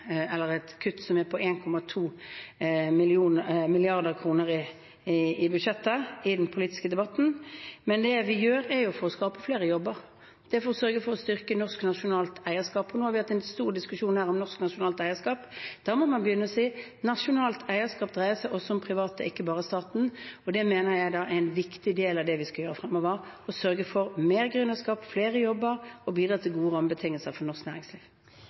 på 1,2 mrd. kr i budsjettet – er det for å skape flere jobber. Det er for å styrke norsk nasjonalt eierskap. Vi har nettopp hatt en stor diskusjon om norsk nasjonalt eierskap, og da må man begynne å si: Nasjonalt eierskap dreier seg også om private, ikke bare om staten. En viktig del av det vi skal gjøre fremover, er å sørge for mer gründerskap, flere jobber og bidra til gode rammebetingelser for norsk næringsliv.